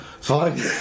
Fine